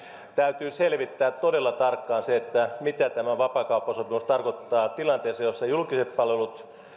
täytyy selvittää todella tarkkaan se mitä tämä vapaakauppasopimus tarkoittaa tilanteessa jossa julkiset palvelut